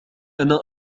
أنا